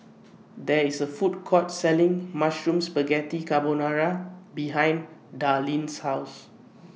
There IS A Food Court Selling Mushroom Spaghetti Carbonara behind Darline's House